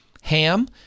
Ham